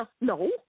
No